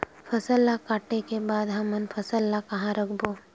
फसल ला काटे के बाद हमन फसल ल कहां रखबो?